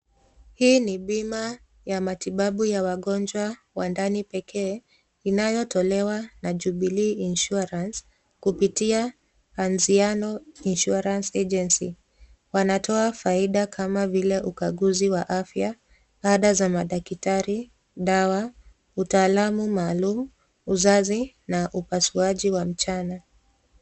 Hii ni bima ya matibabu ya wagonjwa wa ndani pekee inayotolewa na Jubilee Insurance kipitia Anziano Insurance Agency. Wanatoa faida kama vile ukaguzi wa afya, ada za madaktari, dawa, utaalamu maalum, uzazi na upasuaji wa mchana.